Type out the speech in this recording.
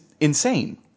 insane